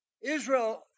Israel